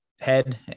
head